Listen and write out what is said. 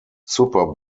super